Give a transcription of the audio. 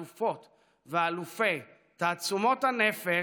אלופות ואלופי תעצומות הנפש,